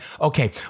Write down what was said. okay